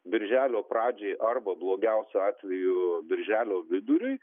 birželio pradžiai arba blogiausiu atveju birželio viduriui